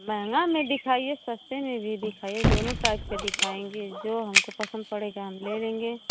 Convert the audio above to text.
महंगा में दिखाइये सस्ते में भी दिखाइये दोनों टाइप के दिखायेंगे जो हमको पसंद पड़ेगा हम ले लेंगे